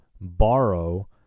borrow